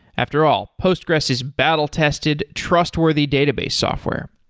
after all, postgressql is battle-tested, trustworthy database software